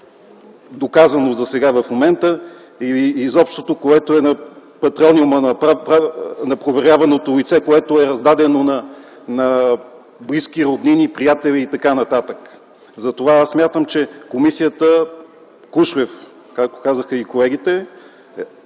никакъв начин в момента, изобщо, което е на проверяваното лице, което е раздадено на близки, роднини, приятели и така нататък. Затова смятам, че Комисията „Кушлев”, както казаха и колегите,